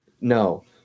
No